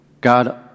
God